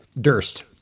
Durst